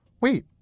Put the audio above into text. wait